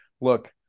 look